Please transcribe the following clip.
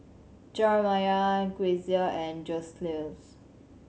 Jerimiah Grecia and Joseluis